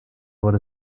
wurde